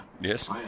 Yes